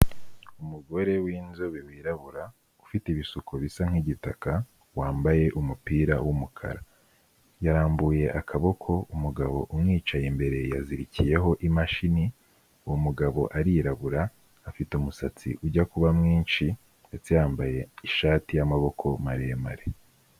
Umugore w'inzobe wirabura ufite ibisuko bisa nk'igitaka, wambaye umupira w'umukara, yarambuye akaboko, umugabo umwicaye imbere yazirikiyeho imashini, uwo mugabo arirabura afite umusatsi ujya kuba mwinshi ndetse yambaye ishati y'amaboko maremare.